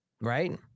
right